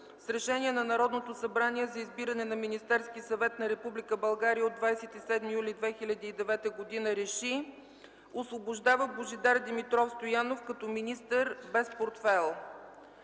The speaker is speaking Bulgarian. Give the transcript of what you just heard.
с Решение на Народното събрание за избиране на Министерски съвет на Република България от 27 юли 2009 г. РЕШИ: Освобождава Божидар Димитров Стоянов като министър без портфейл.”